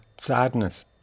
sadness